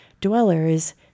dwellers